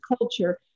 culture